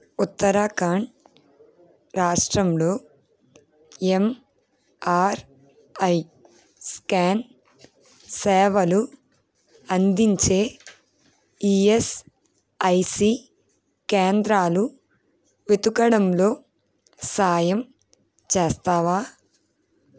ఉత్తరాఖాండ్ రాష్ట్రంలో MRI scan సేవలు అందించే ఈయస్ఐసి కేంద్రాలు వెతకడంలో సహాయం చేస్తావా